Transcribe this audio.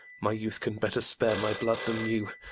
my youth can better spare my blood than you,